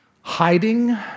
hiding